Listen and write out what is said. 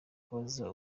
kubaza